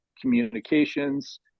communications